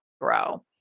grow